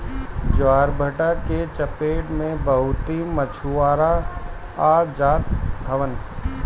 ज्वारभाटा के चपेट में बहुते मछुआरा आ जात हवन